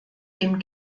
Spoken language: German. dem